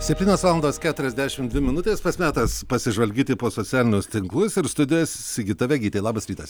septynios valandos keturiasdešimt dvi minutės pats metas pasižvalgyti po socialinius tinklus ir studijoje sigita vegytė labas rytas